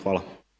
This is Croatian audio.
Hvala.